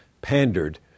pandered